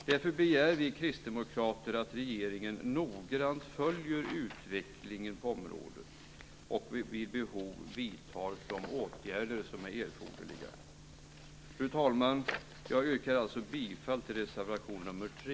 Därför begär vi kristdemokrater att regeringen noggrant följer utvecklingen på området och vid behov vidtar de åtgärder som är erforderliga. Fru talman! Jag yrkar bifall till reservation nr 3.